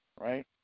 right